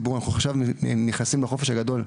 אנחנו עכשיו נכנסים לחופש הגדול,